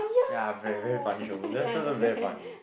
ya very very funny show that show also very funny